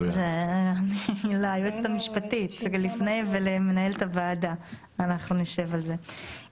תעבירו ליועצת המשפטית ולמנהלת הוועדה ואנחנו נשב על זה.